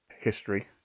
history